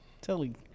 telling